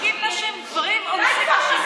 גברים מכים נשים, גברים אונסים נשים.